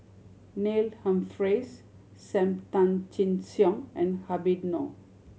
Neil Humphreys Sam Tan Chin Siong and Habib Noh